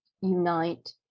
unite